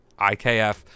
IKF